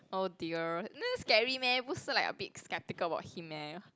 !oh-dear! scary meh 不是 like a bit sceptical about him meh